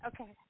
Okay